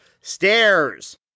Stairs